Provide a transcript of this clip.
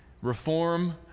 reform